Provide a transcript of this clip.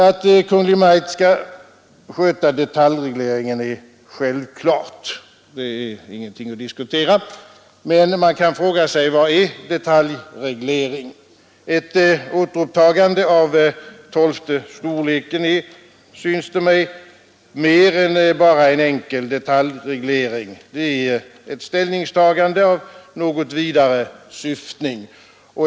Att Kungl. Maj:t skall sköta detaljregleringen är självklart — det är ingenting att diskutera. Men man kan fråga sig vad detaljreglering är. Ett återupptagande av tolfte storleken är, synes det mig, mer än bara en enkel detaljreglering — det är ett ställningstagande med något vidare syftning.